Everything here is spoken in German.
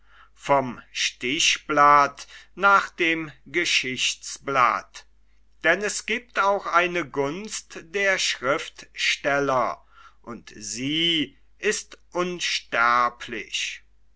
vom stichblatt nach dem geschichtsblatt denn es giebt auch eine gunst der schriftsteller und sie ist unsterblich